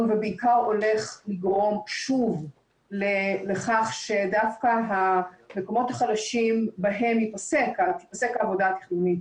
ובעיקר הולך לגרום שוב לכך שדווקא במקומות החלשים תיפסק העבודה התכנונית.